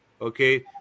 okay